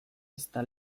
ezta